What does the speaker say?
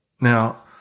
Now